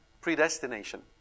Predestination